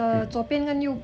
can split